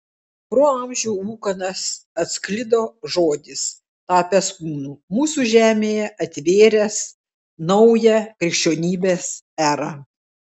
pro amžių ūkanas atsklido žodis tapęs kūnu mūsų žemėje atvėręs naują krikščionybės erą